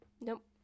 Nope